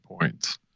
points